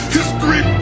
History